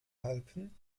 alpen